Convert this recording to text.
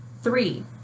Three